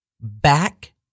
back